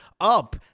up